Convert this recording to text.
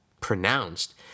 pronounced